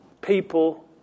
people